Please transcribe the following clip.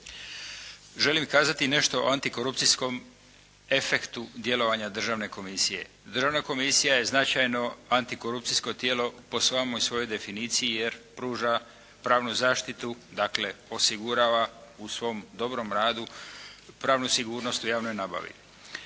Želim kazati nešto o antikorupcijskom efektu djelovanja državne komisije. Državna komisija je značajno antikorupcijsko tijelo po samoj svojoj definiciji jer pruža pravnu zaštitu dakle osigurava u svom dobrom radu pravnu sigurnost u javnoj nabavi.